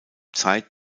zeit